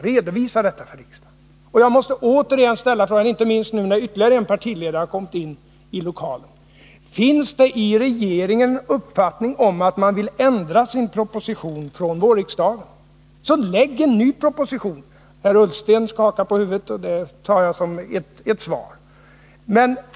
Jag måste återigen rikta den uppmaningen till regeringen — inte minst eftersom ytterligare en partiledare har kommit in i plenisalen — att, om man vill ändra sin proposition från i våras, lägga fram en ny proposition. Herr Ullsten skakar på huvudet, och det tar jag som ett svar.